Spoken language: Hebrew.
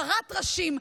כרת ראשים,